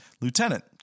lieutenant